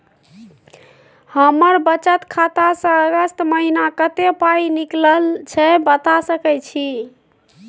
हमर बचत खाता स अगस्त महीना कत्ते पाई निकलल छै बता सके छि?